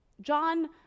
John